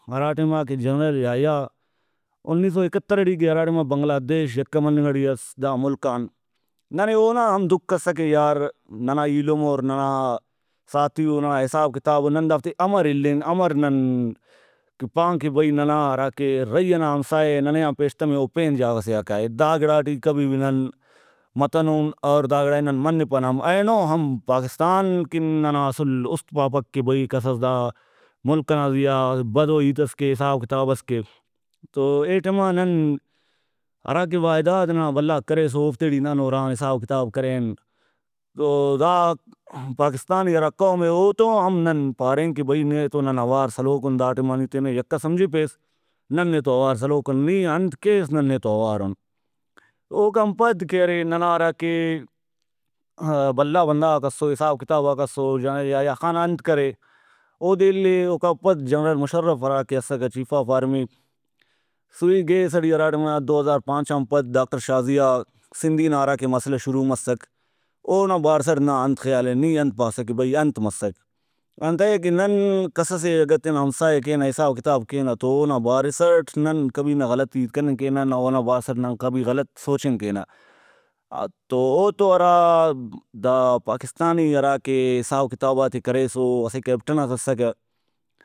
ہرا ٹائما کہ جنرل یحییٰ 1971ٹی کہ ہرا ٹائمابنگلہ دیش یکہ مننگ ٹی اس دا ملک آن ننے اونا ہم دکھ اسکہ یار ننا ایلم اور ننا ساتھی او ننا حساب کتابو نن دافتے امر اِلین امر نن پان کہ بھئی ننا ہراکہ رہی ئنا ہمسایہ اے ننے پیشتمہ او پین جاگہ سے آ کائے دا گڑاٹی کبھی بھی نن متنن اور دا گڑائے نن منپنہ ہم اینو ہم پاکستان کہ ننا اسُل اُست پاپک کہ بھئی کسس دا مُلک ئنا زیہا بدو ہیتس کے حساب کتابس کے۔ تو اے ٹائما نن ہرا کہ وعدہ غاک ننا بھلاک کریسو اوفتے ٹی نن ہُران حساب کتاب کرین تو دا پاکستانی ہرا قومے او تو ہم نن پارین کہ بھئی نیتو نن اوار سلوکُن دا ٹائما نی تینے یکہ سمجھپیس نن نیتو اوار سلوکُن نی انت کیس نن نیتو اوارُن اوکان پد کہ ارے ننا ہراکہ بھلا بندغاک اسو حساب کتاباک اسو جنرل یحییٰ خان انت کرے اودے اِلے اوکا پد جنرل مشرف ہراکہ اسکہ چیف آف آرمی سوئی گیس ٹی ہراٹائما 2005 آن پد ڈاکٹر شازیہ سندھی نا ہراکہ مسئلہ شروع مسک اونا بارسٹ نا انت خیالے نی انت پاسہ کہ بھئی انت مسک انتئے کہ نن کسسے اگہ تینا ہمسایہ کینہ حساب کتاب کینہ تو اونا بارسٹ کبھی نہ غلطو ہیت کننگ کینہ نہ اونا بارسٹ نن کبھی غلط سوچنگ کینہ تو او تو ہرا دا پاکستانی ہراکہ حساب کتاباتے کریسو اسہ کیپٹن ئس اسکہ